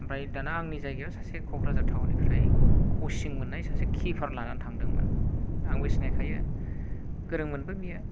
ओमफ्राय दाना आंनि जायगायाव सासे क'क्राझार टाउन निफ्राय कसिं मोननाय सासे किपार लानानै थांदोंमोन आंबो सिनायखायो गोरोंमोनबो बियो